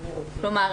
כלומר,